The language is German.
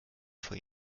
vor